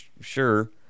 sure